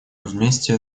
вместе